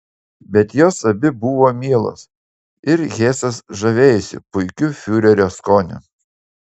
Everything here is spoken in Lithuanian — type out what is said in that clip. bet jos abi buvo mielos ir hesas žavėjosi puikiu fiurerio skoniu